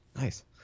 nice